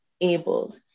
abled